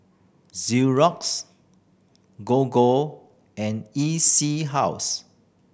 Xorex Gogo and E C House